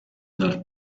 dal